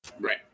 Right